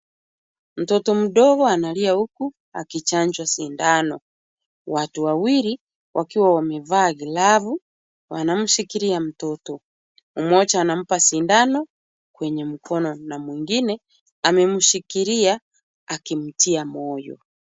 Mtoto mdogo analia huku akichanjwa sindano. Watu wawili wakiwa wamevaa glavu wanamshikilia mtoto. Mmoja anampa sindano kwenye mkono na mwingine amemshikilia akimtia moyo.